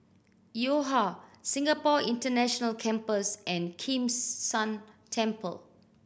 Yo Ha Singapore International Campus and Kims San Temple